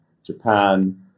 Japan